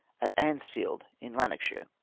at annsfield in lanarkshke.